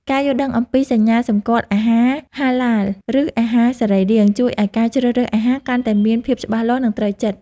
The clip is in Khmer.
ការយល់ដឹងអំពីសញ្ញាសម្គាល់អាហារហាឡាលឬអាហារសរីរាង្គ ជួយឱ្យការជ្រើសរើសអាហារកាន់តែមានភាពច្បាស់លាស់និងត្រូវចិត្ត។